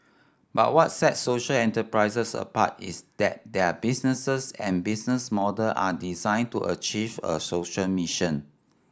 but what sets social enterprises apart is that their businesses and business model are designed to achieve a social mission